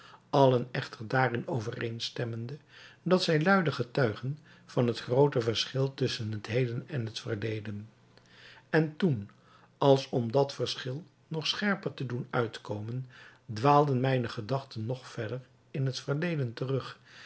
allen echter daarin overeenstemmende dat zij luide getuigden van het groote verschil tusschen het heden en het verleden en toen als om dat verschil nog scherper te doen uitkomen dwaalden mijne gedachten nog verder in het verleden terug